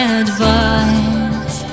advice